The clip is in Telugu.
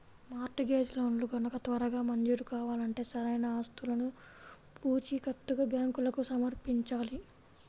మార్ట్ గేజ్ లోన్లు గనక త్వరగా మంజూరు కావాలంటే సరైన ఆస్తులను పూచీకత్తుగా బ్యాంకులకు సమర్పించాలి